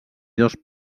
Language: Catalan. dos